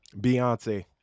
Beyonce